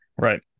Right